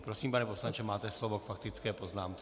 Prosím, pane poslanče, máte slovo k faktické poznámce.